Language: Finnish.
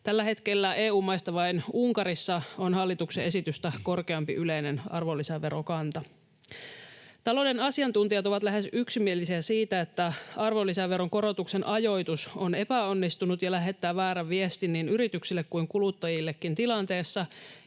Tällä hetkellä EU-maista vain Unkarissa on hallituksen esitystä korkeampi yleinen arvonlisäverokanta. Talouden asiantuntijat ovat lähes yksimielisiä siitä, että arvonlisäveron korotuksen ajoitus on epäonnistunut ja lähettää väärän viestin niin yrityksille kuin kuluttajillekin tilanteessa,